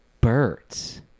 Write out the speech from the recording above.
Birds